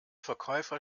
verkäufer